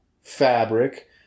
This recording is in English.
fabric